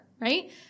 right